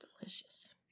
Delicious